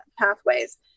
pathways